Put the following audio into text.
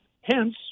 Hence